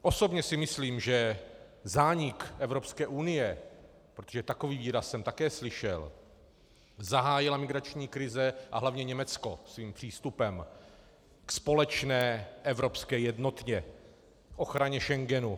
Osobně si myslím, že zánik EU, protože takový výraz jsem také slyšel, zahájila migrační krize a hlavně Německo svým přístupem ke společné evropské jednotě, k ochraně Schengenu.